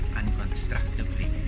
unconstructively